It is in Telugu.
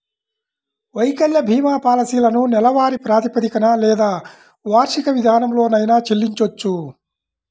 వైకల్య భీమా పాలసీలను నెలవారీ ప్రాతిపదికన లేదా వార్షిక విధానంలోనైనా చెల్లించొచ్చు